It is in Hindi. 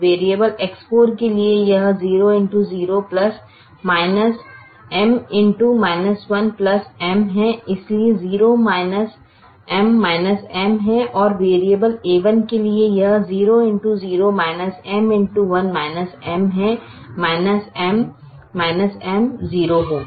वेरिएबल X4 के लिए यह 0 x 0 M x 1 M है इसलिए 0 M M है और वेरिएबल a1 के लिए यह 0 x 0 M x 1 M है M M 0 होगा